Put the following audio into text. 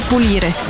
pulire